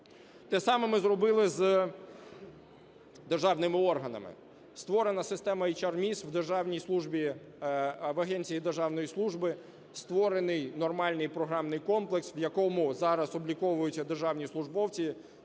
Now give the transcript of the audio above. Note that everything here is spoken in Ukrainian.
Те саме ми зробили з державними органами. Створена система HRMIS у державній службі, в агенції державної служби, створений нормальний програмний комплекс, в якому зараз обліковуються державні службовці.